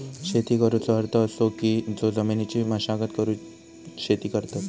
शेती करुचो अर्थ असो की जो जमिनीची मशागत करून शेती करतत